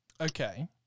Okay